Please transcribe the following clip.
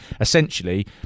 essentially